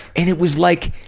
and it was like,